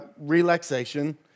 relaxation